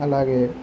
అలాగే